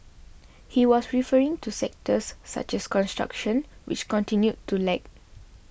he was referring to sectors such as construction which continued to lag